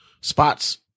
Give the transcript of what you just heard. spots